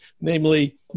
namely